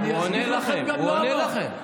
הוא עונה לכם, הוא עונה לכם.